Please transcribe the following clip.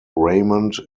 raymond